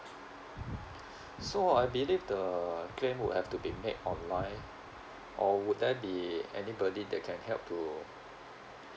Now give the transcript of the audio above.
so I believe the claim would have to be made online or would there be anybody that can help to